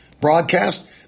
broadcast